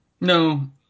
No